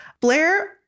Blair